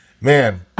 man